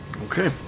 okay